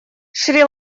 шри